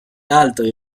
altri